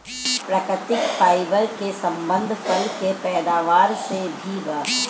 प्राकृतिक फाइबर के संबंध फल के पैदावार से भी बा